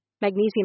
Magnesium